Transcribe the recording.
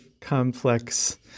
complex